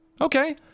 Okay